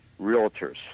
realtors